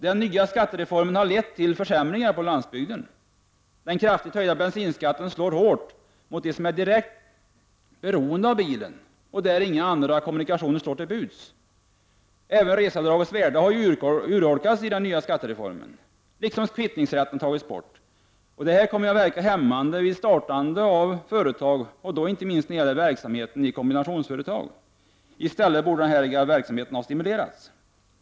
Den nya skattereformen har lett till försämringar för landsbygden. Den kraftigt höjda bensinskatten slår mycket hårt mot dem som är direkt beroende av bilen och för vilka inga andra kommunikationer står till buds. Även reseavdragets värde har urholkats i den nya skattereformen, och kvittningsrätten har tagits bort. Detta kommer ju att verka hämmande vid nyetablering av företag, inte minst när det gäller verksamheten i kombinationsföretag. I stället borde denna verksamhet ha stimulerats.